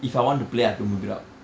if I want to play I have to move it out